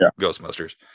ghostbusters